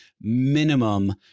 minimum